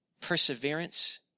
perseverance